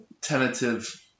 tentative